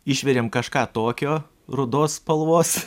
išvirėm kažką tokio rudos spalvos